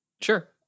sure